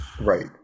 Right